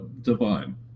divine